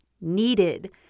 needed